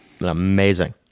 amazing